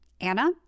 Anna